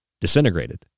disintegrated